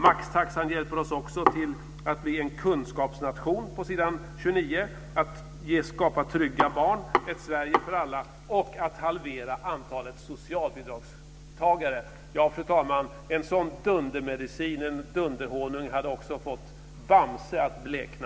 Maxtaxan hjälper oss också att bli en kunskapsnation, står det på s. 29, och att skapa trygga barn, ett Sverige för alla och att halvera antalet socialbidragstagare. Fru talman! En sådan dundermedicin - en sådan dunderhonung - hade också fått Bamse att blekna.